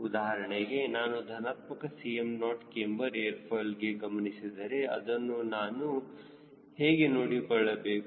ಉದಾಹರಣೆಗೆ ನಾನು ಧನಾತ್ಮಕ Cm0 ಕ್ಯಾಮ್ಬರ್ ಏರ್ ಫಾಯ್ಲ್ಗೆ ಗಮನಿಸಿದರೆ ಅದನ್ನು ನಾನು ಹೇಗೆ ನೋಡಿಕೊಳ್ಳಬೇಕು